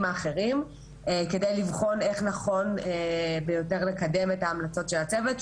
השונים האחרים על מנת לבחון איך נכון ביותר לקדם את ההמלצות של הצוות.